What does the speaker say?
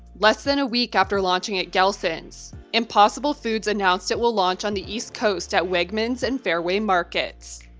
less than a week after launching at gelson's, impossible foods announced it will launch on the east coast at wegmans and fairway markets.